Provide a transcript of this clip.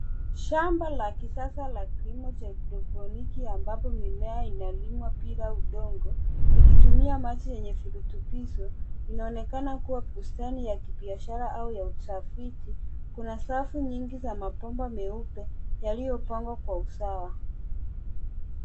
Shamba la kisasa la kilimo cha haedroponiki ambapo mimea inalimwa bila udongo likitumia maji yenye virutubisho. Inaonekana kuwa bustani ya kibiashara au ya utafiti. Kuna safu nyingi za mabomba meupe yaliyopangwa kwa usawa.